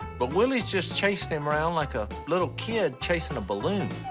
but willie's just chasing him around like a little kid chasing a balloon.